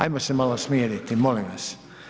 Ajmo se malo smiriti, molim vas.